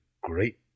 great